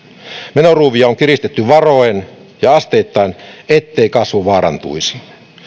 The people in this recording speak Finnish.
menoruuvia on kiristetty varoen ja asteittain ettei kasvu vaarantuisi